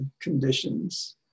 conditions